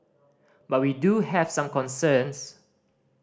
but we do have some concerns